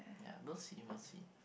ya we'll see we'll see